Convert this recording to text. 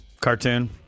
Cartoon